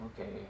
okay